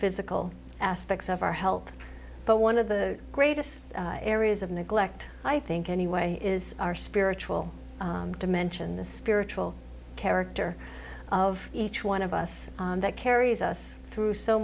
physical aspects of our help but one of the greatest areas of neglect i think anyway is our spiritual dimension the spiritual character of each one of us that carries us through so